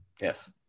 Yes